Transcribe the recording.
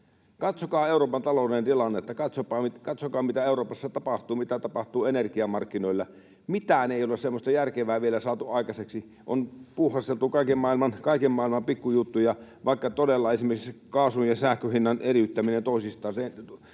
Katsokaa Euroopan talouden tilannetta, katsokaa, mitä Euroopassa tapahtuu, mitä tapahtuu energiamarkkinoilla — mitään ei ole semmoista järkevää vielä saatu aikaiseksi, vaan on puuhasteltu kaiken maailman pikkujuttuja, vaikka todella esimerkiksi kaasun ja sähkön hinnan eriyttämisessä toisistaan, niin